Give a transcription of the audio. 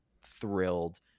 thrilled